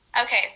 Okay